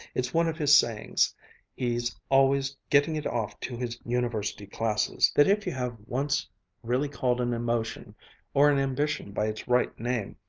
it's one of his sayings he's always getting it off to his university classes that if you have once really called an emotion or an ambition by its right name,